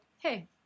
Hey